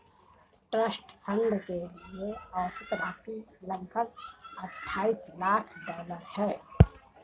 trust fund के लिए औसत राशि लगभग अट्ठाईस लाख डॉलर है